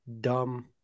dumb